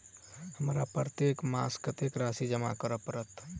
हमरा प्रत्येक मास कत्तेक राशि जमा करऽ पड़त?